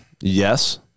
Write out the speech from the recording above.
Yes